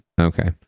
Okay